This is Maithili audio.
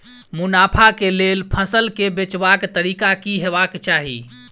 मुनाफा केँ लेल फसल केँ बेचबाक तरीका की हेबाक चाहि?